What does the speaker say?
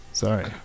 Sorry